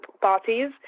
parties